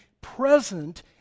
present